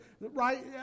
right